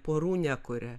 porų nekuria